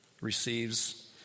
receives